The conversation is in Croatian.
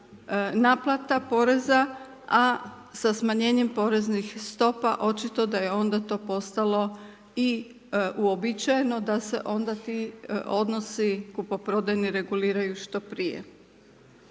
naplata poreza a sa smanjenjem poreznih stopa očito da je onda to postalo i uobičajeno da se onda ti odnosi kupoprodajni reguliraju što prije.